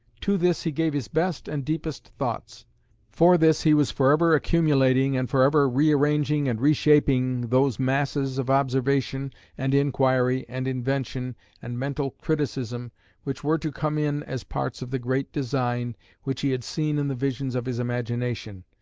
to this he gave his best and deepest thoughts for this he was for ever accumulating, and for ever rearranging and reshaping those masses of observation and inquiry and invention and mental criticism which were to come in as parts of the great design which he had seen in the visions of his imagination,